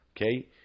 okay